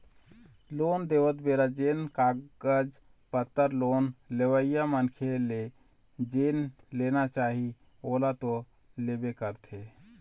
loan देवत बेरा जेन कागज पतर लोन लेवइया मनखे ले जेन लेना चाही ओला तो लेबे करथे